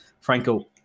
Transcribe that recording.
Franco